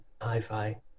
hi-fi